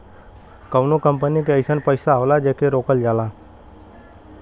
कउनो कंपनी के अइसन पइसा होला जेके रोकल जाला